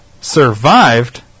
survived